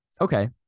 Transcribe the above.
Okay